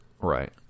Right